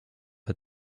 had